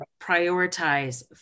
prioritize